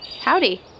Howdy